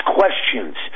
questions